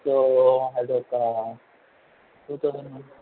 so అదొకా two thousand